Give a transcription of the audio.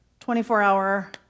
24-hour